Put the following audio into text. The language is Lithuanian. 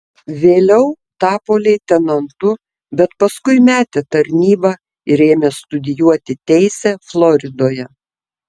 vėliau tapo leitenantu bet paskui metė tarnybą ir ėmė studijuoti teisę floridoje